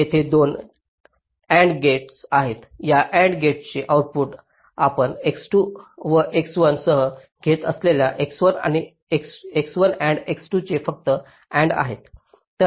येथे दोन AND gates आहेत या AND गेटचे आउटपुट आपण X2 व X2 सह घेत असलेल्या X1 AND X 2 चे फक्त AND आहे